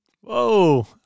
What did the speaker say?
Whoa